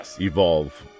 evolve